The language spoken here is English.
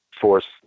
force